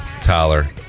tyler